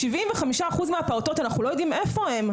אנחנו לא יודעים איפה 75% מהפעוטות.